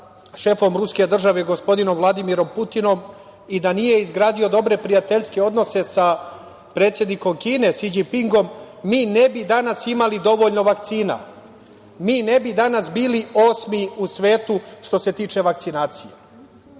šefom ruske države, gospodinom Vladimirom Putinom, i da nije izgradio dobre prijateljske odnose sa predsednikom Kine Si Đinpingom, mi ne bi danas imali dovoljno vakcina. Mi ne bi danas bili osmi u svetu što ste tiče vakcinacije. Da